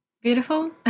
beautiful